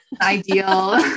ideal